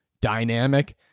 dynamic